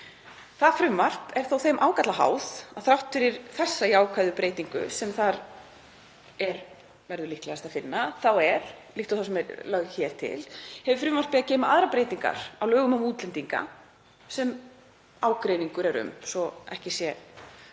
Það frumvarp er þó þeim ágalla háð að þrátt fyrir þessa jákvæðu breytingu sem þar verður líklegast að finna, eins og sú sem hér er lögð til, hefur frumvarpið að geyma aðrar breytingar á lögum um útlendinga sem ágreiningur er um, svo ekki sé dýpra